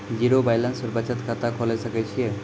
Zero balance पर बचत खाता खोले सकय छियै?